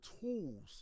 tools